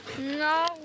No